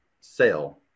sale